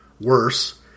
Worse